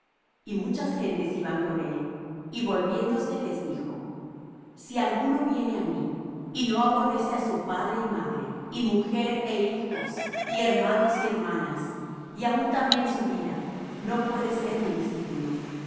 y muchas gentes iban con él y volviéndose les dijo si alguno viene á mí y no aborrece á su padre y madre y mujer é hijos y hermanos y hermanas y aun también su vida no puede ser mi discípulo